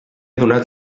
donat